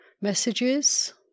messages